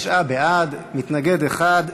29 בעד, מתנגד אחד.